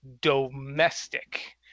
domestic